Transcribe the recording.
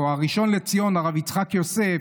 או הראשון לציון הרב יצחק יוסף,